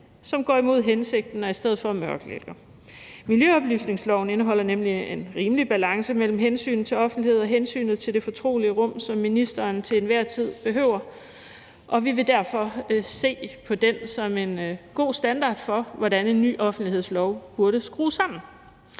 som går imod hensigten og i stedet for mørklægger. Miljøoplysningsloven indeholder nemlig en rimelig balance mellem hensynet til offentlighed og hensynet til det fortrolige rum, som ministeren til enhver tid behøver. Vi vil derfor se på den som en god standard for, hvordan en ny offentlighedslov burde skrues sammen.